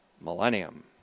millennium